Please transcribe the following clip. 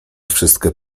wszystkie